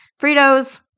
Fritos